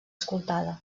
escoltada